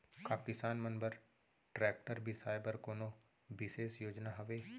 का किसान मन बर ट्रैक्टर बिसाय बर कोनो बिशेष योजना हवे?